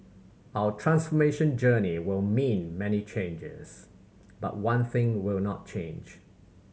our transformation journey will mean many changes but one thing will not change